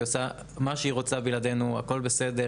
היא עושה מה שהיא רוצה בלעדינו, הכל בסדר.